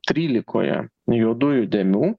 trylikoje juodųjų dėmių